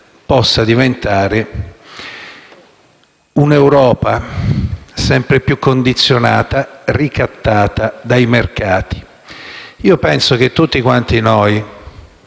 possa diventare un'Europa sempre più condizionata e ricattata dai mercati. Penso che tutti quanti noi